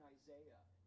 Isaiah